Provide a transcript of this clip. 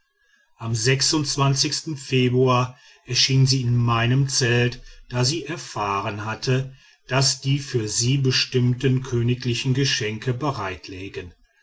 am februar erschien sie in meinem zelt da sie erfahren hatte daß die für sie bestimmten königlichen geschenke bereitlägen